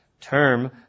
term